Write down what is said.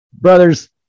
brothers